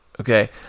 Okay